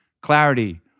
clarity